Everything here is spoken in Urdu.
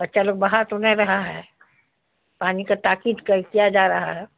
بچہ لوگ بہا تو نہیں رہا ہے پانی کا تاکید کر کیا جا رہا ہے